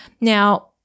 Now